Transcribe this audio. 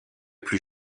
plus